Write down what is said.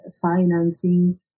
financing